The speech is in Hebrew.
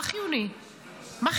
מה חיוני בזה?